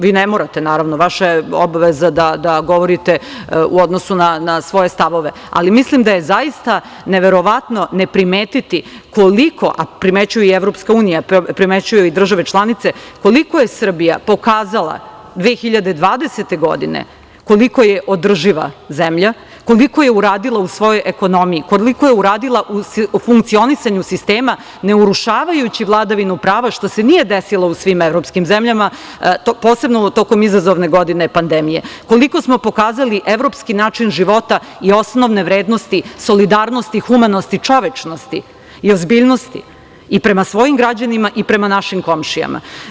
Vaša je obaveza da govorite u odnosu na svoje stavove, ali mislim da je zaista neverovatno ne primetiti, a primećuje EU i primećuju i države članice, koliko je Srbija pokazala 2020. godine koliko je održiva zemlja, koliko je uradila u svojoj ekonomiji, koliko je uradila u funkcionisanju sistema, ne urušavajući vladavinu prava, što se nije desilo u svim evropskim zemljama, posebno tokom izazovne godine pandemije, koliko smo pokazali evropski način života i osnovne vrednosti solidarnosti, humanosti, čovečnosti i ozbiljnosti, i prema svojim građanima i prema našim komšijama.